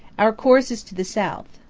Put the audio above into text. our course is to the south.